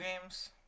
games